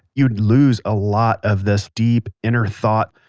you'd lose a lot of this deep inner thought.